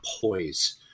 poise